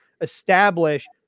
establish